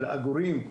של עגורים,